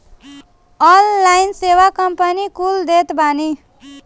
online सेवा company कुल देत बानी